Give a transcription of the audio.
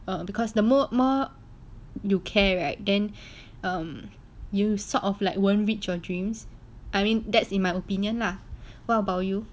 um because the more you care right then you sort of like won't reach your dreams I mean that's in my opinion lah what about you